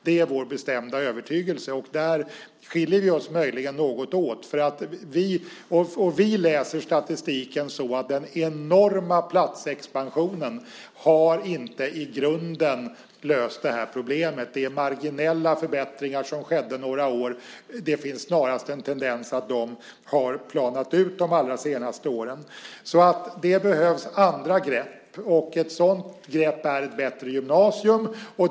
Det är vår bestämda övertygelse, och där skiljer vi oss möjligen något åt. Vi läser statistiken så att den enorma platsexpansionen inte i grunden har löst det här problemet. Det handlar om marginella förbättringar som skedde några år, och det finns snarast en tendens att de har planat ut de allra senaste åren. Det behövs alltså andra grepp, och ett sådant grepp är ett bättre gymnasium.